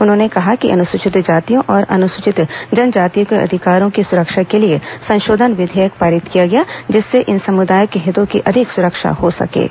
उन्होंने कहा कि अनुसूचित जातियों और अनुसूचित जनजातियों के अधिकारों की सुरक्षा के लिए संशोधन विधेयक पारित किया गया जिससे इन समुदायों के हितों की अधिक सुरक्षा हो सकेगी